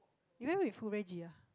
you went with who Regi ah